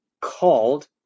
called